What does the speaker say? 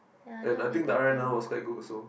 and I think dialect now was quite good also